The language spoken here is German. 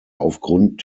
aufgrund